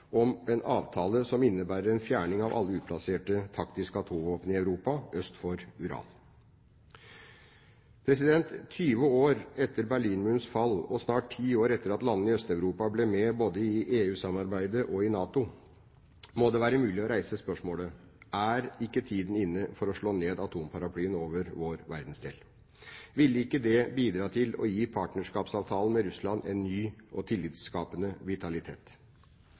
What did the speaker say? en avtale som innebærer en fjerning av alle utplasserte taktiske atomvåpen i Europa øst for Ural. 20 år etter Berlinmurens fall, og snart ti år etter at landene i Øst-Europa ble med både i EU-samarbeidet og i NATO, må det være mulig å reise spørsmålet: Er ikke tiden inne for å slå ned atomparaplyen over vår verdensdel? Ville ikke det bidra til å gi partnerskapsavtalen med Russland en ny og tillitskapende vitalitet?